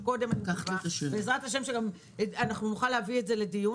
בע"ה עוד קודם,